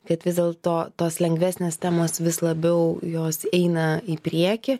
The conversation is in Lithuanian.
kad vis dėlto tos lengvesnės temos vis labiau jos eina į priekį